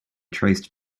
traced